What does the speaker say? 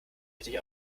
richtig